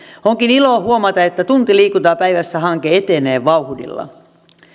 onkin ilo huomata että tunti liikuntaa päivässä hanke etenee vauhdilla